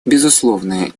безусловно